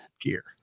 gear